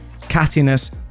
cattiness